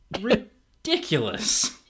ridiculous